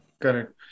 Correct